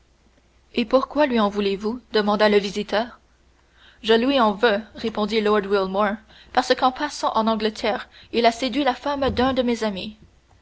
et pourquoi lui en voulez-vous demanda le visiteur je lui en veux répondit lord wilmore parce qu'en passant en angleterre il a séduit la femme d'un de mes amis